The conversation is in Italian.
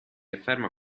afferma